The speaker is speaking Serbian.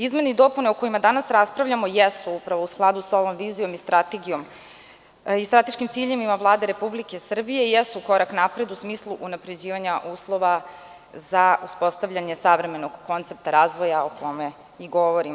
Izmene i dopune o kojima danas raspravljamo jesu upravo u skladu sa ovom vizijom i strateškim ciljevima Vlade Republike Srbije i jesu korak napred u smislu unapređivanja uslova za uspostavljanje savremenog koncepta razvoja, o kome i govorim.